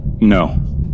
No